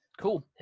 cool